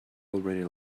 already